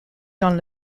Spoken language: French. dans